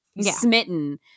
smitten